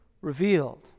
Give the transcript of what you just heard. revealed